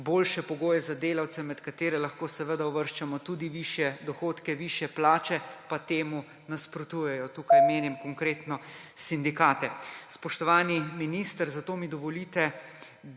boljše pogoje za delavce, med katere lahko seveda uvrščamo tudi višje dohodke, višje plače; pa temu nasprotujejo. Tukaj mislim konkretno na sindikate. Spoštovani minister, zato mi dovolite,